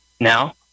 Now